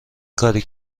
کاری